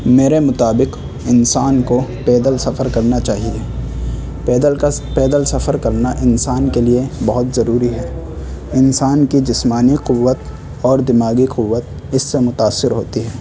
میرے مطابق انسان کو پیدل سفر کرنا چاہیے پیدل کا پیدل سفر کرنا انسان کے لیے بہت ضروری ہے انسان کی جسمانی قوت اور دماغی قوت اس سے متاثر ہوتی ہے